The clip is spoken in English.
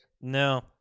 No